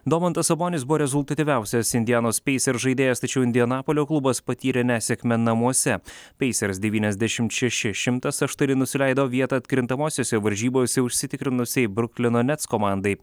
domantas sabonis buvo rezultatyviausias indianos peisers žaidėjas tačiau indianapolio klubas patyrė nesėkmę namuose peisers devyniasdešimt šeši šimtas aštuoni nusileido vietą atkrintamosiose varžybose užsitikrinusiai bruklino nets komandai